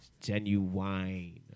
genuine